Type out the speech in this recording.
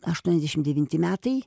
aštuoniasdešimt devinti metai